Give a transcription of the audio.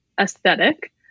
aesthetic